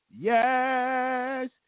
Yes